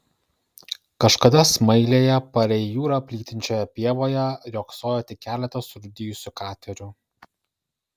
kažkada smailėje palei jūrą plytinčioje pievoje riogsojo tik keletas surūdijusių katerių